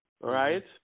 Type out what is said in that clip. right